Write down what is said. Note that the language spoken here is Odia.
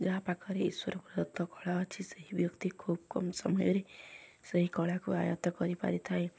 ଯାହା ପାଖରେ ଈଶ୍ୱର ପ୍ରଦତ କଳା ଅଛି ସେହି ବ୍ୟକ୍ତି ଖୁବ୍ କମ୍ ସମୟରେ ସେହି କଳାକୁ ଆୟତ କରିପାରିଥାଏ